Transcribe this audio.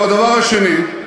מחירי הדיור עלו ב-500,